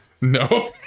No